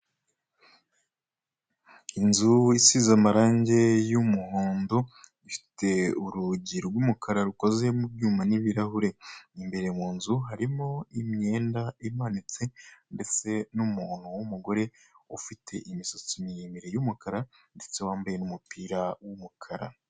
Inzu isize amarange y'umuhondo, ifite urugi rw'umukara, rukoze mu byuma n'ibirahure, imbere mu nzu harimo imyenda imanitse, ndetse n'umuntu w'umugore ufite imisatsi miremire y'umukara, ndetse wambaye umupira w'umukara.